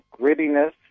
grittiness